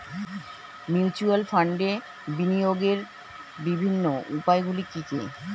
Mutual ফান্ডে বিনিয়োগের বিভিন্ন উপায়গুলি কি কি?